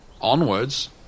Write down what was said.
onwards